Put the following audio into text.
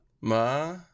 Ma